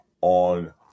on